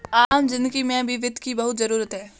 आम जिन्दगी में भी वित्त की बहुत जरूरत है